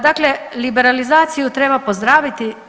Dakle, liberalizaciju treba pozdraviti.